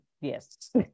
yes